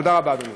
תודה רבה, אדוני.